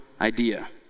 idea